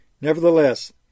Nevertheless